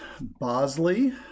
Bosley